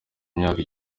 imyaka